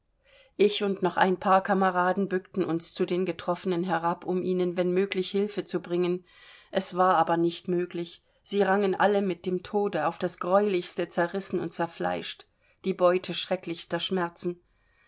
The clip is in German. ich und noch ein paar kameraden bückten uns zu den getroffenen herab um ihnen wenn möglich hilfe zu bringen es war aber nicht möglich sie rangen alle mit dem tode auf das greulichste zerrissen und zerfleischt die beute schrecklichster schmerzen